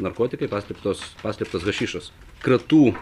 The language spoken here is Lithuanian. narkotikai paslėptos paslėptas hašišas kratų